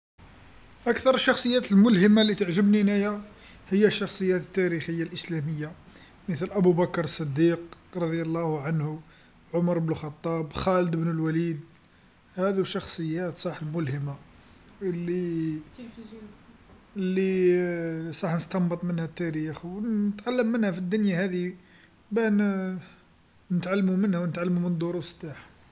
أكثر الشخصيات الملهمه اللي تعجبني انايا هي الشخصيات التاريخيه الإسلاميه مثل أبو بكر الصديق رضي الله عنه، عمر ابن خطاب، خالد ابن الوليد، هادو شخصيات صح ملهمه اللي اللي صح نستنبط منها التاريخ ون- نتعلم منها في الدنيا هاذي، بان نتعلمو منها ونتعلمو من الدروس تاعها.